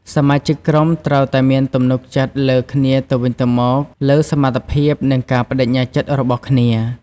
សមាជិកក្រុមត្រូវតែមានទំនុកចិត្តលើគ្នាទៅវិញទៅមកលើសមត្ថភាព និងការប្តេជ្ញាចិត្តរបស់គ្នា។